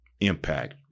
Impact